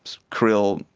krill,